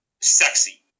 sexy